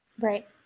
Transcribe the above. Right